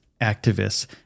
activists